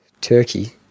Turkey